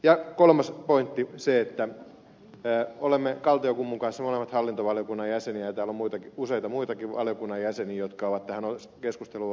ja kolmas pointti se että olemme kaltiokummun kanssa molemmat hallintovaliokunnan jäseniä ja täällä on useita muitakin valiokunnan jäseniä jotka ovat tähän keskusteluun ottaneet osaa